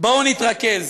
בואו נתרכז.